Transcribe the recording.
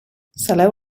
saleu